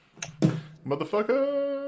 Motherfucker